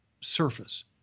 surface